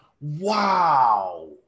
Wow